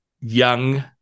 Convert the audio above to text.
young